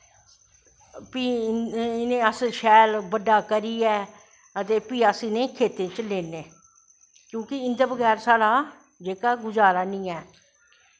फ्ही हून अस शैल बड्डा करियै ते फ्ही अस इनेंगी खेत्ती च लेनें क्योंकि इंदे बगैरा साढ़ा जेह्का गुज़ारा नी ऐ